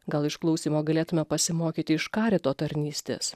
gal išklausymo galėtume pasimokyti iš karito tarnystės